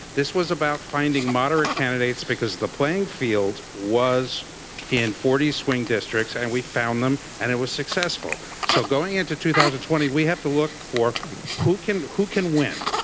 this was about finding moderate candidates because the playing field was in forty swing districts and we found them and it was successful. so going into two thousand and twenty we have to look for who can who can win.